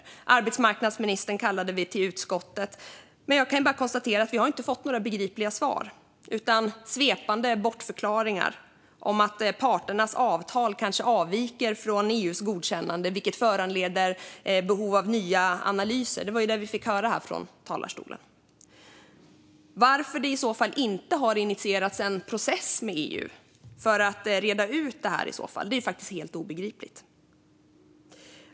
Vi kallade arbetsmarknadsministern till utskottet, men jag kan bara konstatera att vi inte har fått några begripliga svar utan bara svepande bortförklaringar om att parternas avtal kanske avviker från EU:s godkännande, vilket föranleder behov av nya analyser. Detta var vad vi fick höra här från talarstolen. Varför det i så fall inte har initierats någon process med EU för att reda ut det hela är i så fall helt obegripligt.